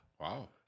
Wow